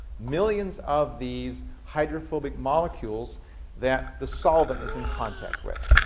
millions of these hydrophobic molecules that the solvent is in contact with.